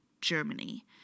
Germany